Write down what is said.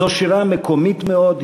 זו שירה מקומית מאוד,